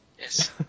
Yes